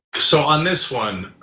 so on this one